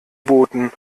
booten